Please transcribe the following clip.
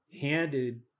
handed